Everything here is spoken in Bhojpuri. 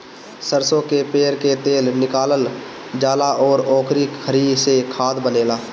सरसो कअ पेर के तेल निकालल जाला अउरी ओकरी खरी से खाद बनेला